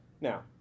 Now